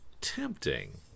tempting